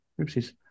oopsies